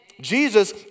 Jesus